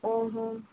ଓହୋ